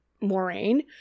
Moraine